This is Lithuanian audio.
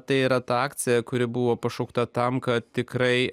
tai yra ta akcija kuri buvo pašaukta tam kad tikrai